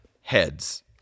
heads